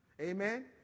Amen